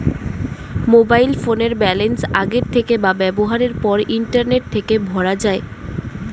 mobile ফোনের balance আগের থেকে বা ব্যবহারের পর ইন্টারনেট থেকে ভরা যায়